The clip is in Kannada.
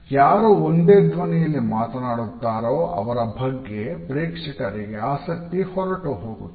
ಯಾರು ಒಂದೇ ಧ್ವನಿಯಲ್ಲಿ ಮಾತನಾಡುತ್ತಾರೋ ಅವರ ಬಗ್ಗೆ ಪ್ರೇಕ್ಷಕರಿಗೆ ಆಸಕ್ತಿ ಹೊರತು ಹೋಗುತ್ತದೆ